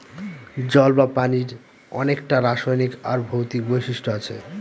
জল বা পানির অনেককটা রাসায়নিক আর ভৌতিক বৈশিষ্ট্য আছে